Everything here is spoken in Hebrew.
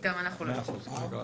גם אנחנו לא יודעים.